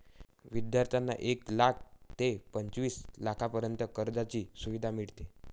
विद्यार्थ्यांना एक लाख ते पंचवीस लाखांपर्यंत कर्जाची सुविधा मिळते